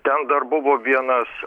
ten dar buvo vienas